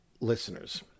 listeners